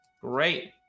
Great